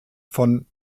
von